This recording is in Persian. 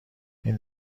این